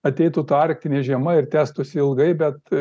ateitų ta arktinė žiema ir tęstųsi ilgai bet